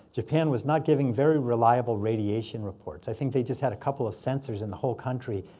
japan was not giving very reliable radiation reports. i think they just had a couple of sensors in the whole country.